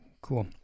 Cool